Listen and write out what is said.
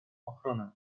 ochronę